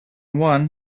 one